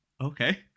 Okay